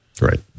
Right